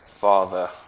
father